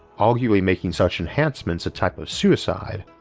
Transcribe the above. arguably making such enhancements a type of suicide,